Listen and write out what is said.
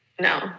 no